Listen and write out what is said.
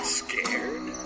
scared